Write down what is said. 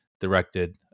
directed